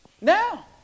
Now